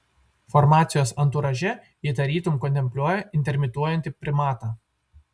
formacijos anturaže ji tarytum kontempliuoja intermituojantį primatą